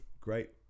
great